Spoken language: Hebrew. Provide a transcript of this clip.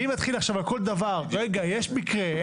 אם נתחיל עכשיו על כל לומר שיש מקרה,